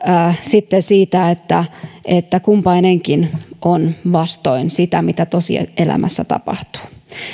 sitten siitä että että kumpainenkin on vastoin sitä mitä tosielämässä tapahtuu